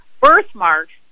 birthmarks